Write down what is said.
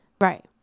Right